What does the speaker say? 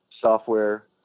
software